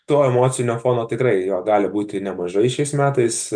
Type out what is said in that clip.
to emocinio fono tikrai jo gali būti nemažai šiais metais